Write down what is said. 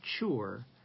mature